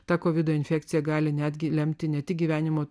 ta kovido infekcija gali netgi lemti ne tik gyvenimo